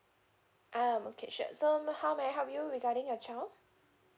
uh okay sure so how may I help you regarding your child